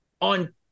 on